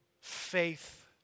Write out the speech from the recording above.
Faith